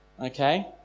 okay